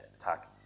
attack